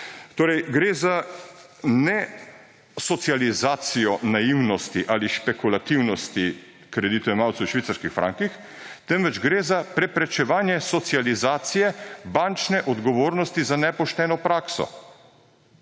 Torej, gre za ne socializacijo naivnosti ali špekulativnosti kreditojemalcev v švicarskih frankih, temveč gre za preprečevanje socializacije bančne odgovornosti za nepošteno prakso.